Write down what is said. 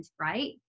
right